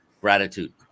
gratitude